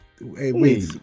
wait